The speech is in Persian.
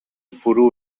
فرو